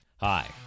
Hi